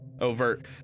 overt